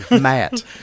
Matt